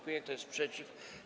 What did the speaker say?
Kto jest przeciw?